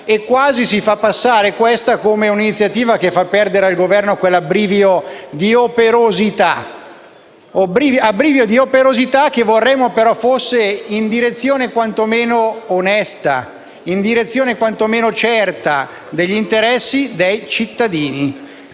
e quasi si fa passare questa come un'iniziativa che fa perdere al Governo il suo abbrivio di operosità, che vorremmo però fosse in direzione quantomeno onesta e in direzione quantomeno certa degli interessi dei cittadini.